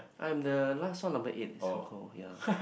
I'm the last one number eight it's so called yea